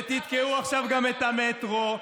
ותתקעו עכשיו גם את המטרו,